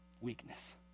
weakness